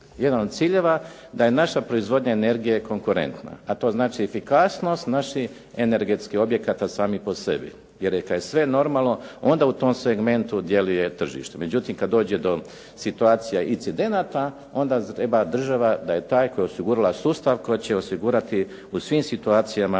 jedan od ciljeva da je naša proizvodnja energije konkurentna, a to znači efikasnost naših energetskih objekata samih po sebi. Jer kad je sve normalno onda u tom segmentu djeluje tržište, međutim kad dođe do situacija incidenata onda treba država da je ta koja je osigurala sustav, koja će osigurati u svim situacijama